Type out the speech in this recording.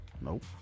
Nope